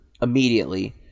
immediately